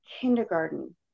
kindergarten